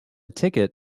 ticket